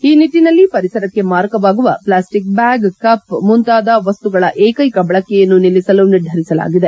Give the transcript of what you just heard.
ಈ ನಿಟ್ಟನಲ್ಲಿ ಪರಿಸರಕ್ಕೆ ಮಾರಕವಾಗುವ ಪ್ಲಾಸ್ಟಿಕ್ ಬ್ಯಾಗ್ ಕಪ್ ಮುಂತಾದ ವಸ್ತುಗಳ ಏಕೈಕ ಬಳಕೆಯನ್ನು ನಿಲ್ಲಿಸಲು ನಿರ್ಧರಿಸಲಾಗಿದೆ